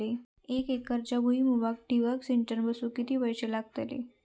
एक एकरच्या भुईमुगाक ठिबक सिंचन बसवूक किती पैशे लागतले?